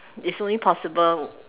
it's only possible